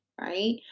right